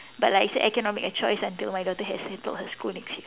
but like it's an economic choice until my daughter has her school next year